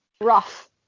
rough